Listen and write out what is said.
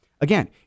Again